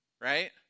right